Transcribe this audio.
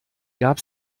gab